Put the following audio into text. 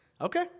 Okay